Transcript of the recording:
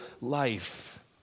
life